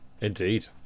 indeed